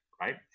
Right